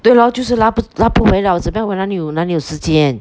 对 lor 就是拉不拉不回来我怎么样哪里哪里有时间